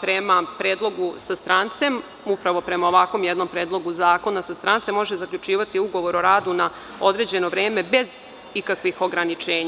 prema predlogu sa strancem, upravo prema ovako jednom predlogu zakona sa strancem može zaključivati ugovor o radu na određeno vreme, bez ikakvih ograničenja.